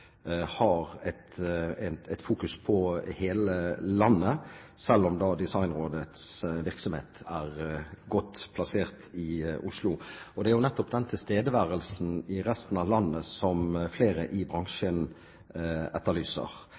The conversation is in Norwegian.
har et fokus på hele landet, selv om Designrådets virksomhet er godt plassert i Oslo. Det er jo nettopp tilstedeværelsen i resten av landet som flere i bransjen etterlyser.